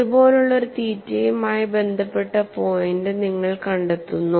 ഇതുപോലുള്ള ഒരു തീറ്റയുമായി ബന്ധപ്പെട്ട പോയിന്റ് നിങ്ങൾ കണ്ടെത്തുന്നു